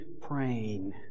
praying